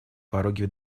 пороге